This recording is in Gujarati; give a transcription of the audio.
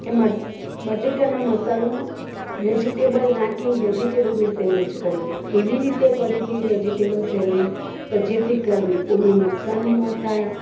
એમાં બટેટાના મસાલામાં વેજીટેબલ નાખીને વેજીટેબલની સેન્ડવિચ કરી હતી એવી રીતે કરી હતી વેજીટેબલ સેન્ડવિચ કે જેથી કરીને કોઈને નુકશાનેય ન થાય